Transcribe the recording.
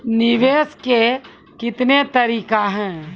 निवेश के कितने तरीका हैं?